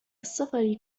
السفر